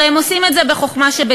הרי הם עושים את זה בחוכמה שבדיעבד.